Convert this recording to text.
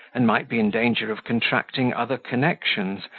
and might be in danger of contracting other connections,